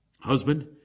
Husband